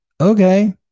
okay